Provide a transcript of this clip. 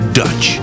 dutch